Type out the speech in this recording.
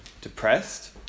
depressed